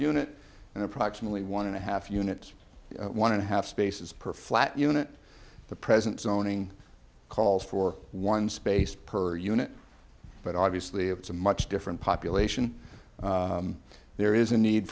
unit and approximately one and a half units one and a half spaces per flat unit the present zoning calls for one space per unit but obviously it's a much different population there is a need